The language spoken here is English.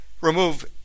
remove